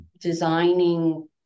designing